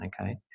Okay